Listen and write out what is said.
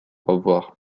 avoir